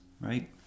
right